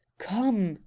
come!